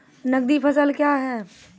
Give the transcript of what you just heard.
नगदी फसल क्या हैं?